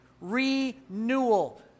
renewal